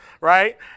right